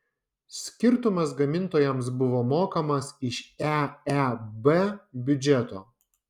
skirtumas gamintojams buvo mokamas iš eeb biudžeto